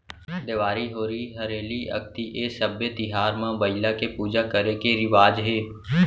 देवारी, होरी हरेली, अक्ती ए सब्बे तिहार म बइला के पूजा करे के रिवाज हे